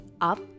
up